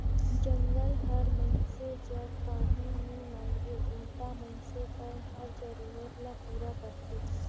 जंगल हर मइनसे जग काही नी मांगे उल्टा मइनसे कर हर जरूरत ल पूरा करथे